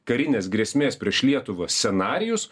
karinės grėsmės prieš lietuvą scenarijus